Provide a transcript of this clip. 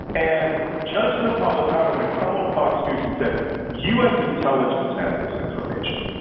and judge napolitano had come on fox news and said u. s. intelligence had this information,